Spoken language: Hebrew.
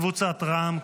קבוצת סיעת רע"מ,